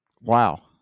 wow